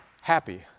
happy